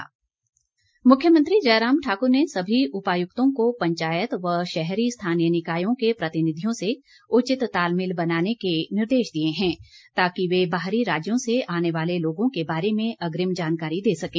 मुख्यमंत्री मुख्मयंत्री जयराम ठाकुर ने सभी उपायुक्तों को पंचायत व शहरी स्थानीय निकायों के प्रतिनिधियों से उचित तालमेल बनाने के निर्देश दिए हैं ताकि वे बाहरी राज्यों से आने वाले लोगों के बारे में अग्रिम जानकारी दे सकें